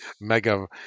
Mega